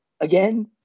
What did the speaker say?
again